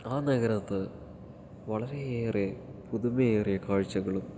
ആ നഗരത്തിൽ വളരെയേറെ പുതുമയേറിയ കാഴ്ചകളും